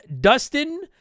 Dustin